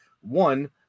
One